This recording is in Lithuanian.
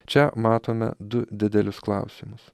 čia matome du didelius klausimus